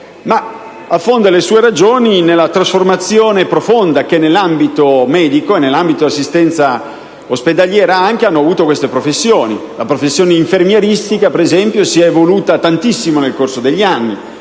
ma affonda le sue ragioni nella trasformazione profonda che, nell'ambito medico e anche nell'ambito dell'assistenza ospedaliera, hanno avuto queste professioni. La professione infermieristica, per esempio, si è evoluta tantissimo nel corso degli anni